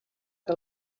que